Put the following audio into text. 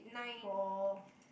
four